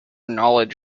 knowledge